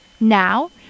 Now